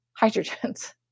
Hydrogens